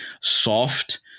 soft